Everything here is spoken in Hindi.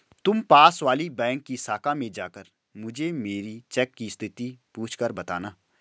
तुम पास वाली बैंक की शाखा में जाकर मुझे मेरी चेक की स्थिति पूछकर बताना